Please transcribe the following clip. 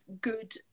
good